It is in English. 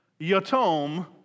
yatom